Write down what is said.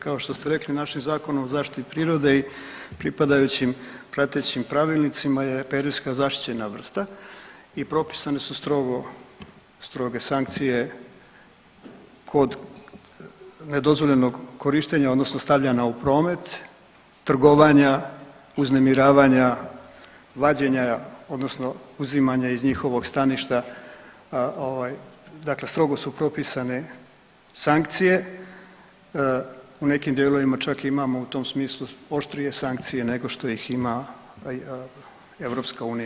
Kao što ste rekli, našim Zakonom o zaštiti prirode i pripadajućim pratećim pravilnicima je periska zaštićena vrsta i propisane su strogo, stroge sankcije kod nedozvoljenog korištenja odnosno stavljanja u promet, trgovanja, uznemiravanja, vađenja, odnosno uzimanja iz njihovog staništa ovaj, dakle strogo su propisane sankcije, u nekim dijelovima čak imamo u tom smislu oštrije sankcije nego što ih ima EU u cjelini.